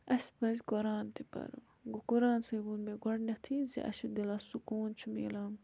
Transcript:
اَسہِ پَزِ قۄران تہِ پَرُن گوٚو قران سٕے ووٚن مےٚ گۄڈٕنیٚتھٕے زِ اَسہِ چھُ دِلَس سکوٗن چھُ مِلان